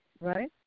right